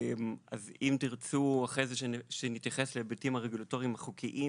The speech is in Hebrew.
אם תרצו שנתייחס אחרי זה להיבטים הרגולטוריים והחוקיים